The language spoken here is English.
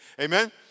Amen